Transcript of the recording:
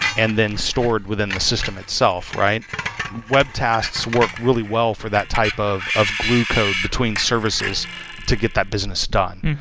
and then stored within the system itself. webtasks work really well for that type of of glue code between services to get that business done.